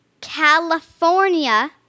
California